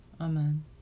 Amen